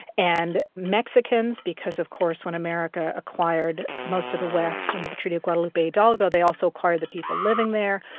and mexicans because of course when america acquired most of the west under the treaty of guadalupe hidalgo they also acquired the people living there.